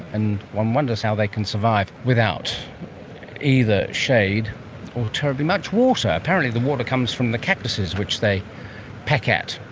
and one wonders how they can survive without either shade or terribly much water. apparently the water comes from the cactuses which they peck at.